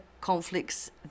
conflicts